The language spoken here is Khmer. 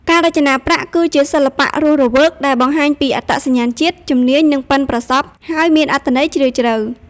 ការរចនាប្រាក់ គឺជាសិល្បៈរស់រវើកដែលបង្ហាញពីអត្តសញ្ញាណជាតិ ជំនាញ និងប៉ិនប្រសប់ ហើយមានអត្ថន័យជ្រាលជ្រៅ។